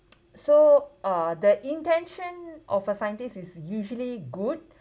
so uh the intention of a scientist is usually good